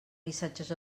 missatges